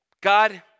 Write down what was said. God